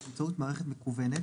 באמצעות מערכת מקוונת